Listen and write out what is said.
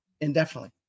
indefinitely